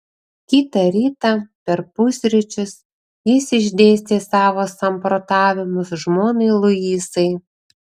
kitą rytą per pusryčius jis išdėstė savo samprotavimus žmonai luisai